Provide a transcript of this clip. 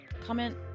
comment